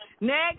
Next